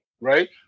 right